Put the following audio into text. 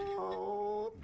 oh!